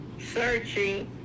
searching